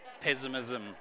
pessimism